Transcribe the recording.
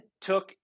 took